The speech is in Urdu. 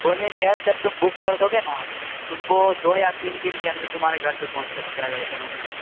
بولے گیس جب تم بک کر دوگے نا تو تم کو دو یا تین دن کے اندر تمہارے گھر پہ پہنچ جائے گا سلینڈر